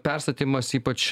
perstatymas ypač